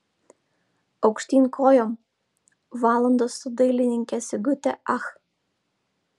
aukštyn kojom valandos su dailininke sigute ach